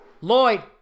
Lloyd